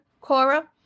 Cora